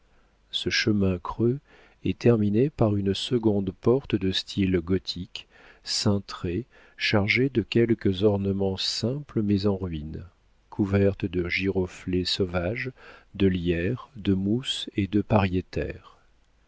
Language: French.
ce chemin creux est terminé par une seconde porte de style gothique cintrée chargée de quelques ornements simples mais en ruines couvertes de giroflées sauvages de lierres de mousses et de